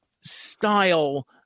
style